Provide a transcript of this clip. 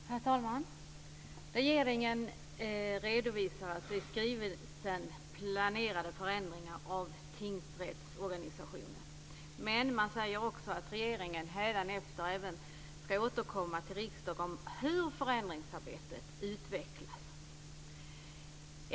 Herr talman! I skrivelsen redovisar regeringen planerade förändringar av tingsrättsorganisationen. Men man säger också att regeringen hädanefter även ska återkomma till riksdagen om hur förändringsarbetet utvecklas.